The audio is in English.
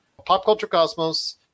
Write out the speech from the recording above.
popculturecosmos